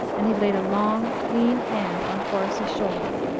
and he laid a long, lean hand on horace's shoulder.